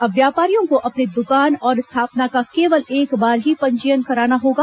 अब व्यापारियों को अपने दुकान और स्थापना का केवल एक बार ही पंजीयन कराना होगा